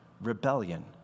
rebellion